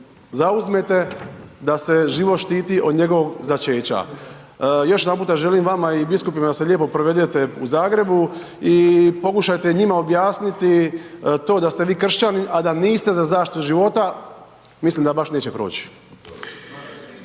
zauzmete da se život štiti od njegovog začeća. Još jedanput želim vama i biskupima da se lijepo provedete u Zagrebu i pokušajte njima objasniti to da ste vi kršćanin, a da niste za zaštitu života, mislim da baš neće proći.